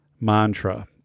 mantra